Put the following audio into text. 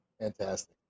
Fantastic